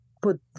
put